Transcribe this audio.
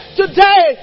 today